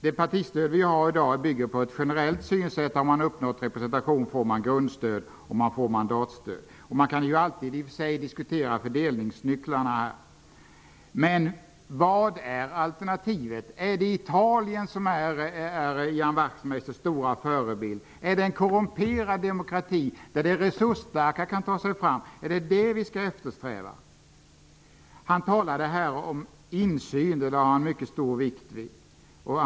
Det partistöd vi har i dag bygger på ett generellt synsätt som innebär att man vid uppnådd representation får grundstöd och mandatstöd. Man kan i och för sig diskutera fördelningsnycklarna. Men vad är alternativet? Är det Italien som är Ian Wachtmeisters stora förebild? Är det en korrumperad demokrati där de resursstarka kan ta sig fram som vi skall eftersträva? Ian Wachtmeister lade mycket stor vikt vid insynen.